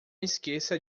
esqueça